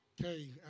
Okay